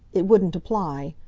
it wouldn't apply.